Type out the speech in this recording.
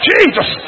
Jesus